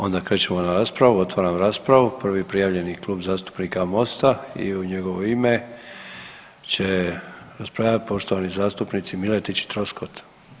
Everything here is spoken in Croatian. Onda krećemo na raspravu, otvaram raspravu, prvi je prijavljeni Klub zastupnika Mosta i u njegovo ime će raspravljat poštovani zastupnici Miletić i Troskot.